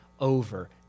over